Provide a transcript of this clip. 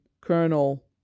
Colonel